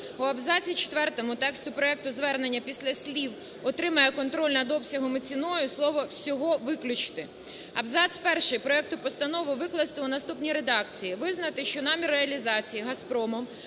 У абзаці четвертому тексту проекту Звернення, після слів "отримає контроль над обсягом і ціною" слово "всього" виключити. Абзац перший проекту постанови викласти у наступній редакції: "Визнати, що намір реалізації "Газпромом"